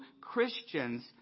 Christians